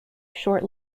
short